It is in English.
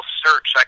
search